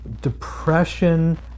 Depression